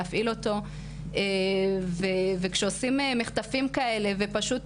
להפעיל אותו וכשעושים מחטפים כאלה ופשוט,